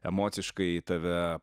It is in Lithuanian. emociškai tave